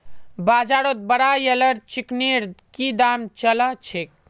बाजारत ब्रायलर चिकनेर की दाम च ल छेक